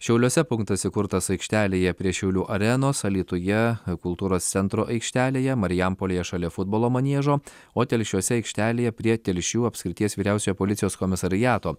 šiauliuose punktas įkurtas aikštelėje prie šiaulių arenos alytuje kultūros centro aikštelėje marijampolėje šalia futbolo maniežo o telšiuose aikštelėje prie telšių apskrities vyriausiojo policijos komisariato